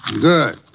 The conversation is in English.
Good